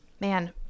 Man